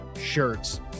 shirts